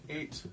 Eight